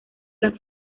las